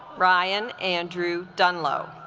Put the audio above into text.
ryan andrew dunloe